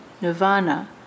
nirvana